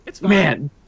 man